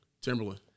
Timberland